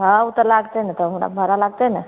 हँ उ तऽ लागतय ने तब हमरा भाड़ा लागतय ने